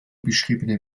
beschriebene